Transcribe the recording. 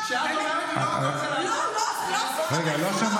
כשאת אומרת לי: לא הכול זה להט"ב,